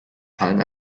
fallen